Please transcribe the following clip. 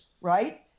right